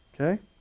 okay